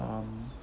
um